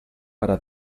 para